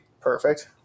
Perfect